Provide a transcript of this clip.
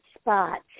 spot